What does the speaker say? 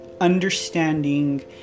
understanding